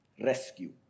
Rescue